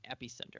epicenter